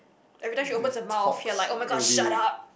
every time she opens her mouth we're like [oh]-my-god shut up